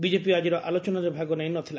BJP ଆକିର ଆଲୋଚନାରେ ଭାଗ ନେଇ ନ ଥିଲା